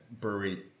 brewery